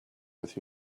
with